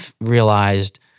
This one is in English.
realized